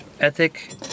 ethic